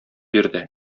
бирде